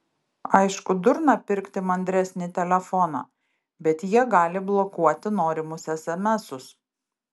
aišku durna pirkti mandresnį telefoną bet jie gali blokuoti norimus esemesus